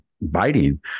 biting